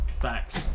facts